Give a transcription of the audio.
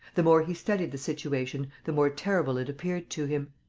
the more he studied the situation the more terrible it appeared to him.